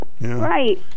right